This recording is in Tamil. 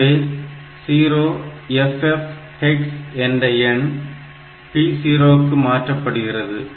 எனவே 0FF hex என்ற எண் P0 க்கு மாற்றப்படுகிறது